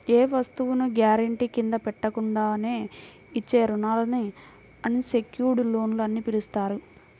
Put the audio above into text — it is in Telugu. ఏ వస్తువును గ్యారెంటీ కింద పెట్టకుండానే ఇచ్చే రుణాలను అన్ సెక్యుర్డ్ లోన్లు అని పిలుస్తారు